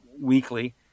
weekly